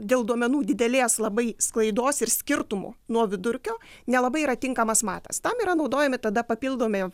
dėl duomenų didelės labai sklaidos ir skirtumų nuo vidurkio nelabai yra tinkamas matas tam yra naudojami tada papildomi